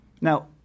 Now